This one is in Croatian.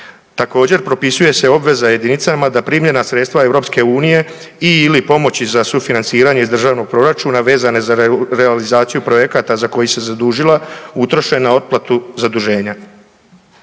Također, propisuje se obveza jedinicama da primljena sredstva EU-a i/ili pomoći za sufinanciranje iz državnog proračuna vezano za realizaciju projekata za koji se zadužila, utroše na otplatu zaduženja.